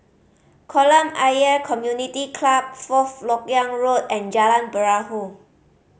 Kolam Ayer Community Club Fourth Lok Yang Road and Jalan Perahu